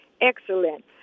Excellent